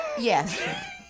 Yes